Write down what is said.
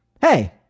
hey